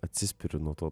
atsispiriu nuo to